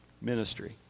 ministry